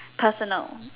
personal